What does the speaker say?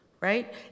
right